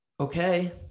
Okay